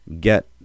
get